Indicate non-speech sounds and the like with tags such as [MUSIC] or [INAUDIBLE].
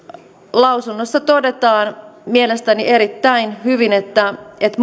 lausunnossa todetaan mielestäni erittäin hyvin että että [UNINTELLIGIBLE]